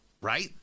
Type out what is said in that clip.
right